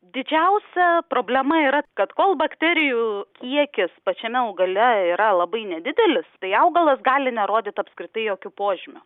didžiausia problema yra kad kol bakterijų kiekis pačiame augale yra labai nedidelis tai augalas gali nerodyt apskritai jokių požymių